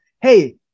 hey